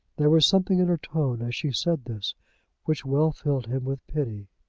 there was something in her tone as she said this which well filled him with pity.